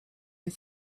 and